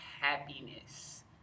happiness